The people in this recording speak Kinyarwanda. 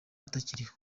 atakiriho